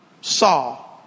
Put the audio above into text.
saw